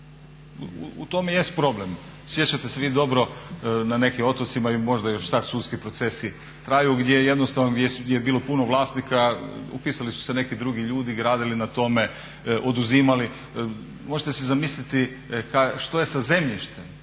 U tom i jest problem. Sjećate se vi dobro na nekim otocima i možda još sad sudski procesi traju gdje je jednostavno bilo puno vlasnika, upisali su se neki drugi ljudi, gradili na tome, oduzimali. Možete si zamisliti što je sa zemljištem?